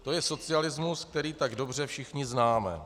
To je socialismus, který tak dobře všichni známe.